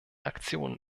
aktionen